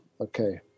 Okay